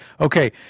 Okay